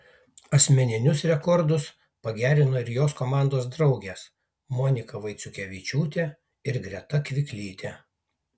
asmeninius rekordus pagerino ir jos komandos draugės monika vaiciukevičiūtė ir greta kviklytė